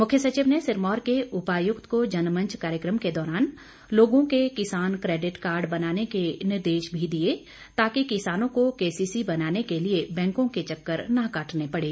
मुख्य सचिव ने सिरमौर के उपायुक्त को जनमंच कार्यक्रम के दौरान लोगों के किसान क्रैडिट कार्ड बनाने के निर्देश भी दिए ताकि किसानों को केसीसी बनाने के लिए बैंकों के चक्कर न काटने पड़े